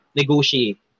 negotiate